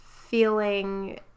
feeling